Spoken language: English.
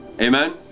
Amen